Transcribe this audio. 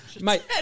Mate